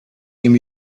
ihm